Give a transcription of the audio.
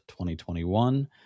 2021